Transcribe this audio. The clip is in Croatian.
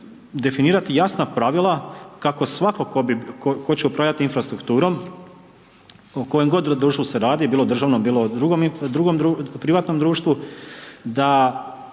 definirati jasna pravila kako svako tko će upravljati infrastrukturom o kojem god društvu se radi bilo državno bilo drugom privatnom društvu da